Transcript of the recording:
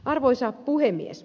arvoisa puhemies